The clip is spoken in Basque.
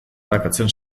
arakatzen